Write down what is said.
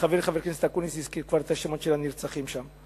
וחברי חבר הכנסת אקוניס הזכיר כבר את שמות הנרצחים שם.